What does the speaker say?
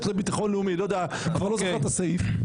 לביטחון לאומי אני כבר לא זוכר את הסעיף.